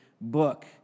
book